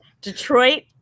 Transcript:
Detroit